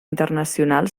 internacional